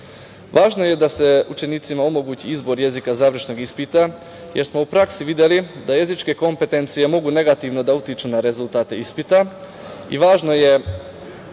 Važno je da se učenicima omogući izbor jezika završnog ispita jer smo u praksi videli da jezičke kompetencije mogu negativno da utiču na rezultate ispita i važno je učeniku dozvoliti polaganje na